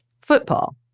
football